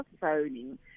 Phoning